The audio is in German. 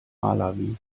malawi